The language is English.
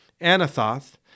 Anathoth